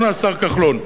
השר כחלון?